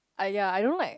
ah ya I don't like